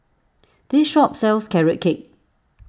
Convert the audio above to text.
this shop sells Carrot Cake